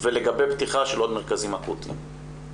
ולגבי פתיחה של עוד מרכזים אקוטיים?